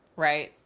right?